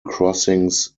crossings